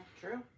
True